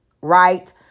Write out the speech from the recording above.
right